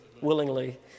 willingly